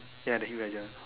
ya the he wager